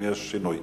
אם יש שינוי.